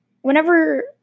Whenever